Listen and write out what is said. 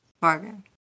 bargain